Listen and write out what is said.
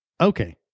okay